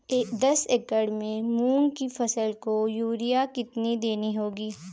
दस एकड़ में मूंग की फसल को यूरिया कितनी देनी होगी?